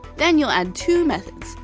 then you'll add two methods.